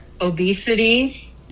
obesity